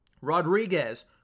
Rodriguez